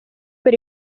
per